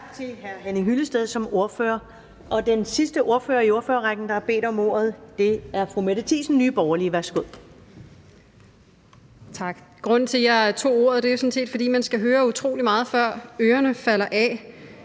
Tak til hr. Henning Hyllested som ordfører. Den sidste ordfører i ordførerrækken, der har bedt om ordet, er fru Mette Thiesen, Nye Borgerlige. Værsgo.